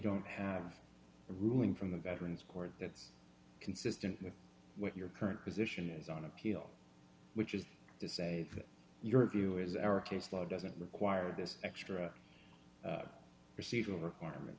don't have a ruling from the veterans court that's consistent with what your current position is on appeal which is to say that your view is our case law doesn't require this extra procedural requirement